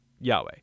Yahweh